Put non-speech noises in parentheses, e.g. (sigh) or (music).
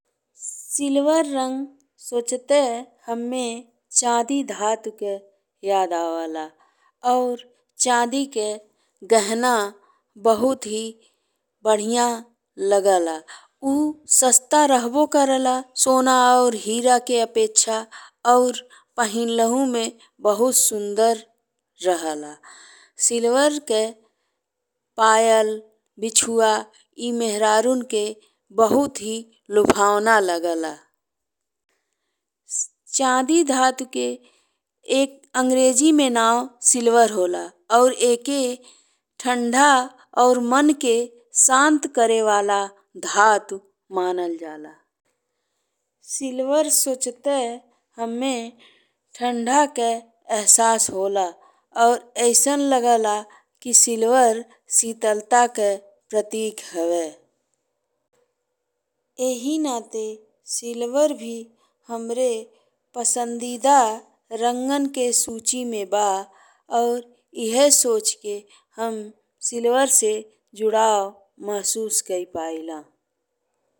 Silver रंग सोचते हम्मे चांदी धातु के याद आवेला। और चांदी के गहराई बहुत ही बढ़िया लागेला। उ सस्ता रांबो करेला सोना और हीरा की अपेक्षा और पहिरलहु में बहुत सुंदर रहेला। सिल्वर के पायल, बिछुआ ए मेहररून के बहुत ही लुभावना लागेला। (hesitation) चांदी धातु के के अंग्रेजी में नाम सिल्वर होला और एके ठंडा और मन के संत करे वाला धातु मानल जाला। सिल्वर सोचते हम्मे ठंडा के एहसास होला और अइसन लागेला कि सिल्वर सिथलता के प्रतीक हवे। एही नाते सिल्वर भी हमरे पसंदीदा रंगन के सूचि में बा और इहे सोचि के हम सिल्वर से जुड़ाव महसूस कई पाइला।